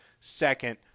second